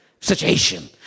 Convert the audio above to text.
situation